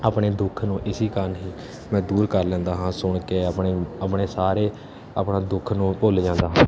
ਆਪਣੇ ਦੁੱਖ ਨੂੰ ਇਸ ਕਾਰਨ ਹੀ ਮੈਂ ਦੂਰ ਕਰ ਲੈਂਦਾ ਹਾਂ ਸੁਣ ਕੇ ਆਪਣੇ ਆਪਣੇ ਸਾਰੇ ਆਪਣੇ ਦੁੱਖ ਨੂੰ ਭੁੱਲ ਜਾਂਦਾ ਹਾਂ